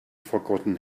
forgotten